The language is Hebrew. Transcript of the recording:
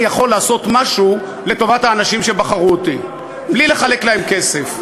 יכול לעשות משהו לטובת האנשים שבחרו אותי בלי לחלק להם כסף?